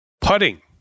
Putting